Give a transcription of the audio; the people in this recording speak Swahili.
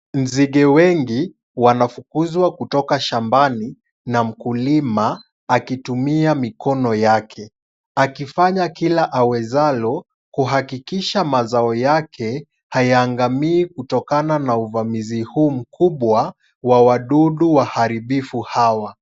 Nzige wengi, wanafukuzwa kutoka shambani na mkulima akitumia mikono yake. Akifanya kila awezalo kuhakikisha mazao yake ,hayaangamii kutokana na uvamizi huu mkubwa, wa wadudu waharibifu hawa.